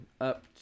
up